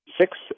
six